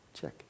check